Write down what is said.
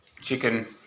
chicken